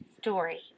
story